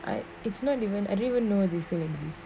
I it's not even I don't even know they still exist